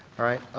alright,